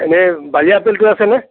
এনেই বালিয়া আপেলটো আছে নে